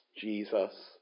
jesus